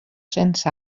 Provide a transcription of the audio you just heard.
sense